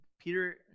Peter